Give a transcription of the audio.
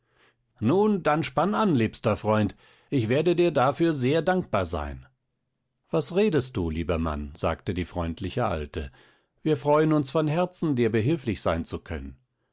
nun dann spann an liebster freund ich werde dir dafür sehr dankbar sein was redest du lieber mann sagte die freundliche alte wir freuen uns von herzen dir behilflich sein zu können